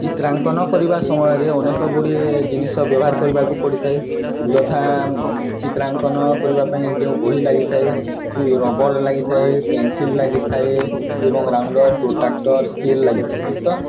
ଚିତ୍ରାଙ୍କନ କରିବା ସମୟରେ ଅନେକ ଗୁଡ଼ିଏ ଜିନିଷ ବ୍ୟବହାର କରିବାକୁ ପଡ଼ିଥାଏ ଯଥା ଚିତ୍ରାଙ୍କନ କରିବା ପାଇଁ ଯେଉଁ ବହି ଲାଗିଥାଏ ରବର୍ ଲାଗିଥାଏ ପେନସିଲ୍ ଲାଗିଥାଏ ଏବଂ ରାଉଣ୍ଡର୍ ପ୍ରୋଟ୍ରାକ୍ଟର୍ ସ୍କେଲ୍ ଲାଗିଥାଏ ତ